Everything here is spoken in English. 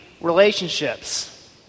relationships